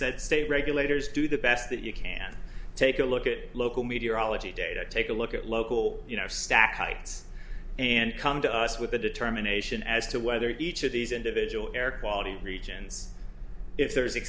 e regulators do the best that you can take a look at local meteorology data take a look at local you know stack heights and come to us with a determination as to whether each of these individual air quality regions if there